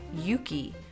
Yuki